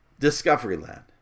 Discoveryland